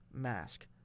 mask